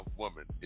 woman